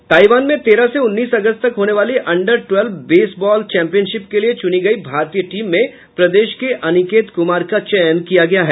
Taiwan में तेरह से उन्नीस अगस्त तक होने वाली under twelve baseball championship के लिये चुनी गयी भारतीय टीम में प्रदेश के अनिकेत कुमार का चयन किया गया है